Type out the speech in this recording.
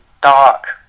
dark